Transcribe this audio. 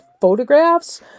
photographs